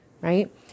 right